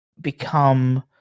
become